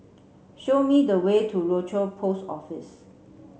show me the way to Rochor Post Office